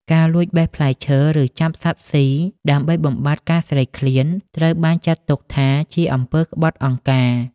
ការលួចបេះផ្លែឈើ ឬចាប់សត្វស៊ីដើម្បីបំបាត់ការស្រេកឃ្លាន ត្រូវបានចាត់ទុកថាជាអំពើក្បត់អង្គការ។